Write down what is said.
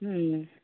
ওম